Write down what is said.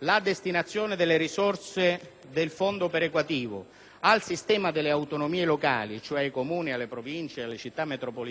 la destinazione delle risorse del fondo perequativo al sistema delle autonomie locali, cioè ai Comuni, alle Province, alle Città metropolitane, eccetera,